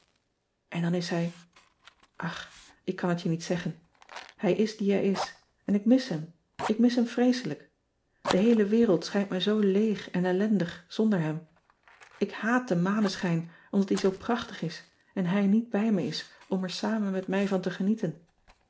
n dan is hij ch ik kan het je niet zeggen hij is die hij is en ik mis hem ik mis hem vreeselijk e heele wereld schijnt me zoo leeg en ellendig zonder hem k haat den maneschijn omdat die zoo prachtig is en hij niet bij me is om er samen met mij van te genieten